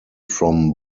from